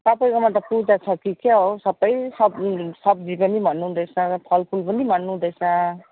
तपाईँकोमा त पूजा छ कि क्या हो सबै सब्जी सब्जी पनि भन्नुहुँदैछ र फलफुल पनि भन्नुहुँदैछ